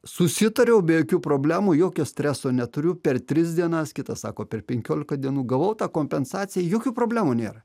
susitariau be jokių problemų jokio streso neturiu per tris dienas kitas sako per penkiolika dienų gavau tą kompensaciją jokių problemų nėra